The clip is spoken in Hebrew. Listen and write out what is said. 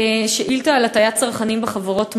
שאילתה על הטעיית צרכנים על-ידי חברות מזון.